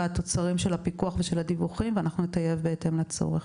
התוצרים של הפיקוח והדיווחים ונטייב בהתאם לצורך.